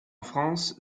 france